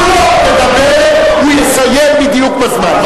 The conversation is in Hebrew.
תנו לו לדבר, הוא יסיים בדיוק בזמן.